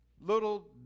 little